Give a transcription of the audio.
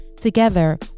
Together